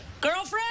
girlfriend